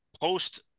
post